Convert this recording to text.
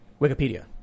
Wikipedia